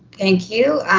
thank you,